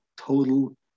total